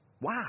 Wow